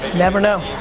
never know.